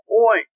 point